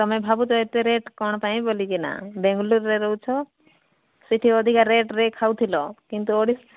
ତମେ ଭାବୁଛ ଏତେ ରେଟ୍ କ'ଣ ପାଇଁ ବୋଲି କିନା ବେଙ୍ଗଲୁରରେ ରହୁଛ ସେଇଠି ଅଧିକା ରେଟ୍ରେ ଖାଉଥିଲ କିନ୍ତୁ